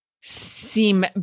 seem